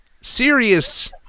serious